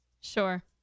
Sure